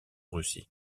russie